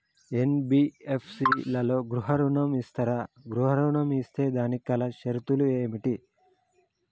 NBFC లలో గృహ ఋణం ఇస్తరా? గృహ ఋణం ఇస్తే దానికి గల షరతులు ఏమిటి?